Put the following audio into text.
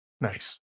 Nice